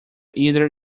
either